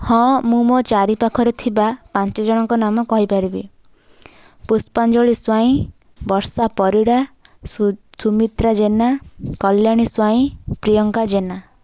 ହଁ ମୁଁ ମୋ ଚାରି ପାଖରେ ଥିବା ପାଞ୍ଚ ଜଣଙ୍କ ନାମ କହିପାରିବି ପୁଷ୍ପାଞ୍ଜଳି ସ୍ୱାଇଁ ବର୍ଷା ପରିଡ଼ା ସୁମିତ୍ରା ଜେନା କଲ୍ୟାଣୀ ସ୍ୱାଇଁ ପ୍ରିୟଙ୍କା ଜେନା